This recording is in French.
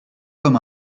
comme